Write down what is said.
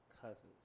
Cousins